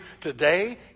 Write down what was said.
today